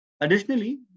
Additionally